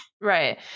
Right